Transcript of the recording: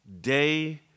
day